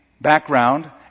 background